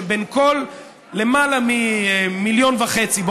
יש לי יסוד סביר להניח שבין כל למעלה ממיליון וחצי אזרחי עזה,